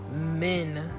men